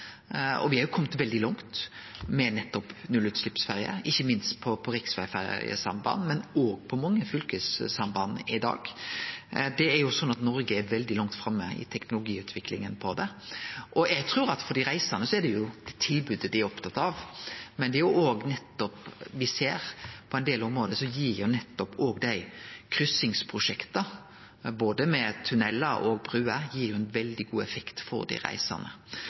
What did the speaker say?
jo komne veldig langt med nettopp nullutsleppsferjer i dag, ikkje minst på riksvegferjesamband, men òg på mange fylkesvegferjesamband. Noreg er veldig langt framme i teknologiutviklinga på det. Eg trur at for dei reisande er det tilbodet dei er opptatt av. Men me ser jo òg at på ein del område gir nettopp dei kryssingsprosjekta – både med tunnelar og bruer – ein veldig god effekt for dei reisande.